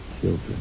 children